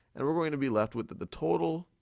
and we're we're gonna be left with the the total